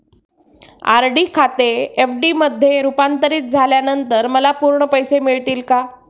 RD खाते FD मध्ये रुपांतरित झाल्यानंतर मला पूर्ण पैसे मिळतील का?